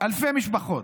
אלפי משפחות,